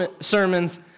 sermons